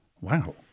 Wow